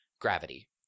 gravity